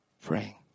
praying